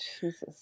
Jesus